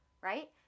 right